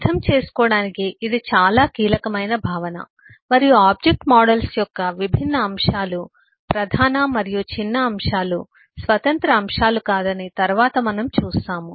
అర్థం చేసుకోవడానికి ఇది చాలా కీలకమైన భావన మరియు ఆబ్జెక్ట్ మోడల్స్ యొక్క విభిన్న అంశాలు ప్రధాన మరియు చిన్న అంశాలు స్వతంత్ర అంశాలు కాదని తరువాత మనం చూస్తాము